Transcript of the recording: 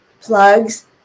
plugs